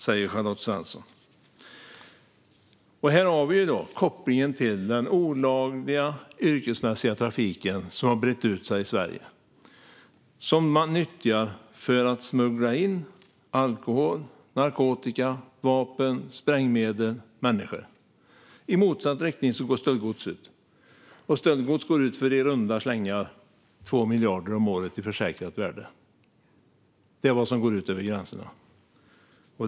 Här har vi kopplingen till den olagliga yrkesmässiga trafiken som har brett ut sig i Sverige och som man nyttjar för att smuggla in alkohol, narkotika, vapen, sprängmedel och människor. I motsatt riktning går stöldgods ut för i runda slängar 2 miljarder om året i försäkrat värde. Det är vad som går ut över gränserna.